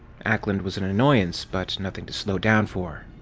ackland was an annoyance, but nothing to slow down for.